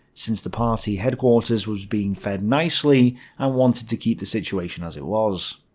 since the party headquarters was being fed nicely and wanted to keep the situation as it was.